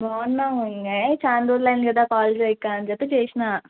బాగున్నాం మంగ ఏ చాన రోజులు అయింది కదా కాల్ చేయక అని చెప్పి చేసినా